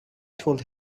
told